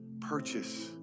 purchase